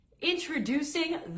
Introducing